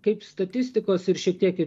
kaip statistikos ir šiek tiek ir